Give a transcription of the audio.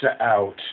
out